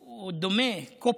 דומה, הוא